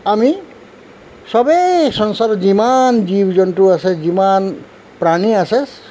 আমি চবেই সংসাৰত যিমান জীৱ জন্তু আছে যিমান প্ৰাণী আছে